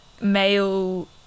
male